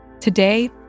Today